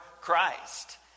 Christ